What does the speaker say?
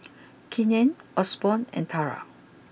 Keenen Osborne and Tara